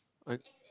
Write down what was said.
I